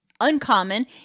uncommon